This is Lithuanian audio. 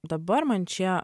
dabar man šie